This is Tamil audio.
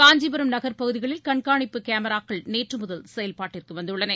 காஞ்சிபுரம் நகர்ப் பகுதிகளில் கண்காணிப்புக் கேமராக்கள் நேற்று முதல் செயல்பாட்டிற்கு வந்துள்ளன